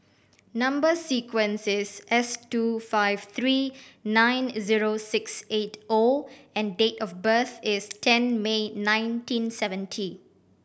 number sequence is S two five three nine zero six eight O and date of birth is ten May nineteen seventy